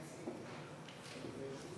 אף אחד